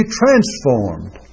transformed